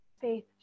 faith